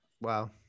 Wow